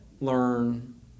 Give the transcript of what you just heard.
learn